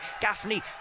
Gaffney